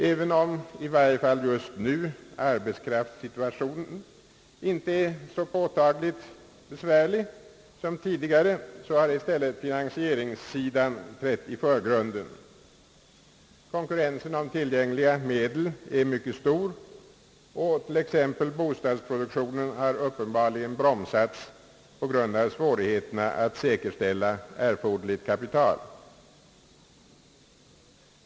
Även om i varje fall just nu arbetskraftssituationen inte är så påtagligt besvärlig som tidigare, har i stället finansieringssidan trätt i förgrunden. Konkurrensen om tillgängliga medel är mycket stor, och t.ex. bostadsproduktionen har uppenbarligen bromsats på grund av svårigheterna att säkerställa erforderligt kapital.